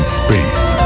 space